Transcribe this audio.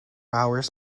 hours